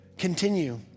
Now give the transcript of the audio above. Continue